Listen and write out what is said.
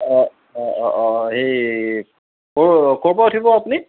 অঁ অঁ অঁ অঁ সেই ক'ৰ ক'ৰ পৰা উঠিব আপুনি